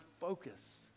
focus